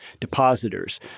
depositors